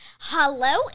Hello